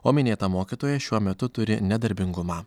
o minėta mokytoja šiuo metu turi nedarbingumą